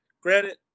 Granted